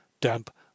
damp